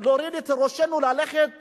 להוריד את ראשינו, ללכת